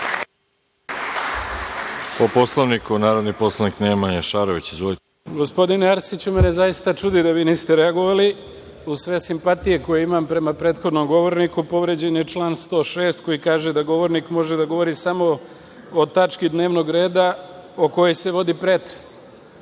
po Poslovniku. Izvolite. **Nemanja Šarović** Gospodine Arsiću, mene zaista čudi da vi niste reagovali, uz sve simpatije koje imam prema prethodnom govorniku, povređen je član 106. koji kaže da govornik može da govori samo o tački dnevnog reda o kojoj se vodi pretres. Vi